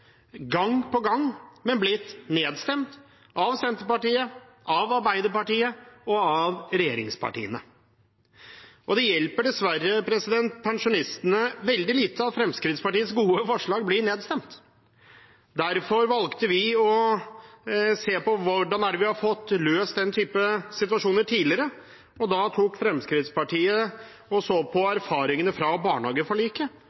men blitt nedstemt av Senterpartiet, av Arbeiderpartiet og av regjeringspartiene. Det hjelper dessverre pensjonistene veldig lite at Fremskrittspartiets gode forslag blir nedstemt. Vi valgte derfor å se på hvordan vi har fått løst den typen situasjoner tidligere, og da så Fremskrittspartiet på erfaringene fra barnehageforliket. Derfor satte Fremskrittspartiet seg ned med Sosialistisk Venstreparti og Pensjonistforbundet og prøvde å